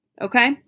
okay